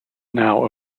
now